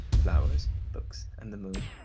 flowers, books, and the moon,